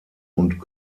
und